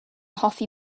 hoffi